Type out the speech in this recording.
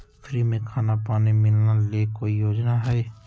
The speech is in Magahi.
फ्री में खाना पानी मिलना ले कोइ योजना हय?